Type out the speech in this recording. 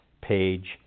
Page